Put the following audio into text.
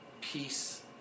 Peace